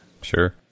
Sure